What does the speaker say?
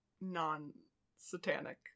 non-satanic